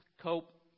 cope